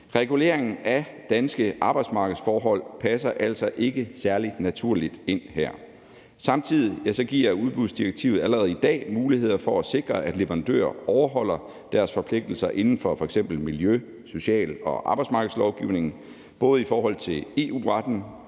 Reguleringen af danske arbejdsmarkedsforhold passer altså ikke særlig naturligt ind her. Samtidig giver udbudsdirektivet allerede i dag muligheder for at sikre, at leverandører overholder deres forpligtelser inden for f.eks. miljø-, social- og arbejdsmarkedslovgivningen både i forhold til EU-retten,